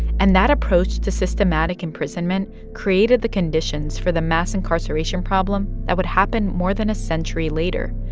and that approach to systematic imprisonment created the conditions for the mass incarceration problem that would happen more than a century later.